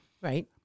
Right